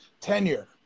Tenure